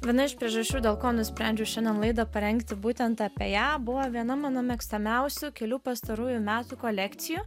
viena iš priežasčių dėl ko nusprendžiau šiandien laidą parengti būtent apie ją buvo viena mano mėgstamiausių kelių pastarųjų metų kolekcijų